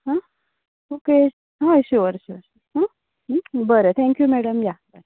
हां ओके हय शिवर शिवर हां हां बरें थँक्यू मॅडम या बाय